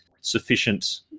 sufficient